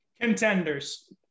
Contenders